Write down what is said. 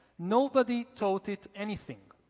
nobody taught it anything.